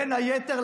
בין היתר,